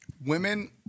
women